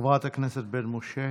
חברת הכנסת בן משה.